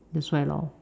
that's why lor